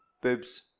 Boobs